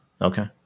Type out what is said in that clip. Okay